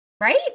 right